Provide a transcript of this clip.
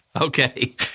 Okay